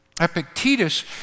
Epictetus